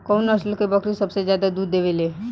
कउन नस्ल के बकरी सबसे ज्यादा दूध देवे लें?